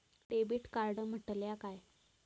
Debit card म्हटल्या काय?